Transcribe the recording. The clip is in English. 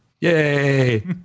yay